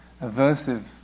aversive